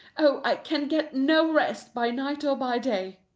oh, i can get no rest by night or by day!